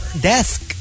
desk